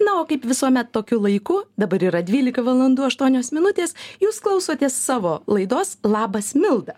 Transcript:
na o kaip visuomet tokiu laiku dabar yra dvylika valandų aštuonios minutės jūs klausotės savo laidos labas milda